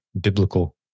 biblical